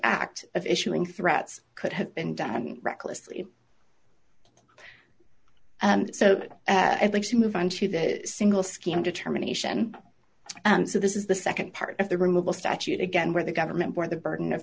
act of issuing threats could have been done recklessly and so i'd like to move on to the single scheme determination and so this is the nd part of the removal statute again where the government or the burden of